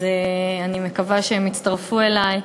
אז אני מקווה שהם יצטרפו אלי.